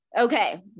Okay